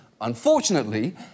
Unfortunately